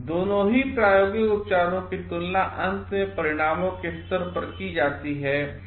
दोनों ही प्रायोगिक उपचारों की तुलना अंत में परिणामों के स्तर पर की जाती है